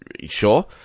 Sure